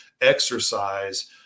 exercise